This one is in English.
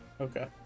Okay